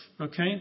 okay